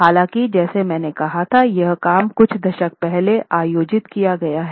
हालाँकि जैसा मैंने कहा था यह काम कुछ दशक पहले आयोजित किया गया था